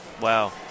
wow